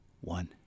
one